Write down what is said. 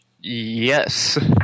Yes